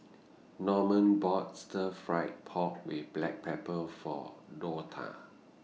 Norman bought Stir Fried Pork with Black Pepper For Donta